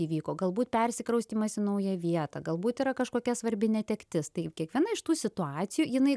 įvyko galbūt persikraustymas į naują vietą galbūt yra kažkokia svarbi netektis taip kiekviena iš tų situacijų jinai